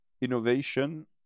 innovation